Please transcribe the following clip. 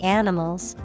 animals